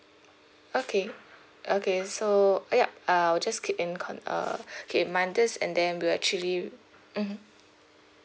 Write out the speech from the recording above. okay okay so uh yup I'll just keep in err okay if um this and then we'll actually hmm